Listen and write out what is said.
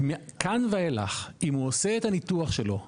מכאן ואילך אם הוא עושה את הניתוח שלו בשב"ן,